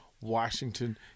Washington